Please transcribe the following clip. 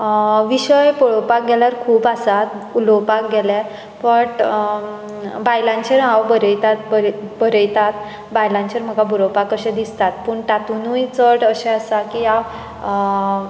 विशय पळोवपाक गेल्यार खूब आसात उलोवपाक गेल्यार बट बायलांचेर हांव बरयतात बर बरयतात बायलांचेर म्हाका बरोवपाक कशें दिसतात पूण तातुनूय चड अशें आसा की हांव